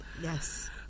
yes